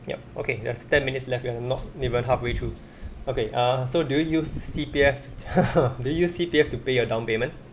yup okay there's ten minutes left you're not even halfway through okay err so do you use C_P_F do you use C_P_F to pay a down payment